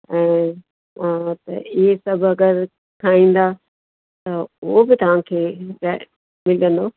ऐं हा त इहे सभु अगरि खाईंदा त उहो बि तव्हांखे मिलंदो